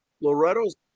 Loretto's